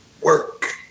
work